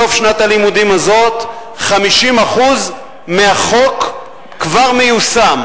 בסוף שנת הלימודים הזאת 50% מהחוק כבר מיושם,